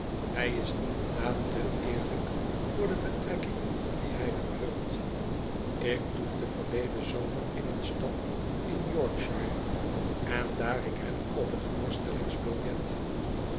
hij is inderdaad te eerlijk voor de betrekking die hij vervult ik toefde verleden zomer in een stad inyorkshire en daar ik hem op t voorstellingsbiljet